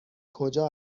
کجا